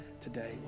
today